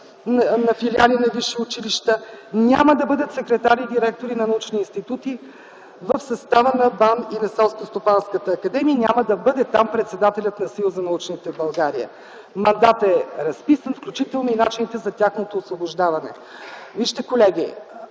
на филиали на висши училища, няма да бъдат секретари и директори на научни институти в състава на БАН и Селскостопанската академия и там няма да бъде председателят на Съюза на учените в България. Мандатът е разписан, включително и начините за тяхното освобождаване. Колеги,